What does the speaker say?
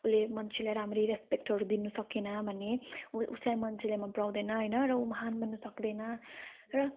उसले मन्छेलाई राम्ररी रेस्पेक्टहरू दिनु सकेन भने उसलाई मान्छेले मन पराउँदैन होइन र ऊ महान् बन्नु सक्दैन र